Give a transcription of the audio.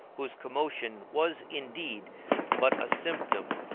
whose commotion was indeed but a symptom,